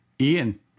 ian